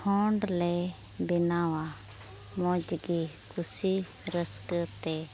ᱠᱷᱚᱸᱰ ᱞᱮ ᱵᱮᱱᱟᱣᱟ ᱢᱚᱡᱽ ᱜᱮ ᱠᱩᱥᱤ ᱟᱹᱥᱠᱟᱹ ᱛᱮ